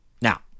Now